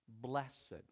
blessed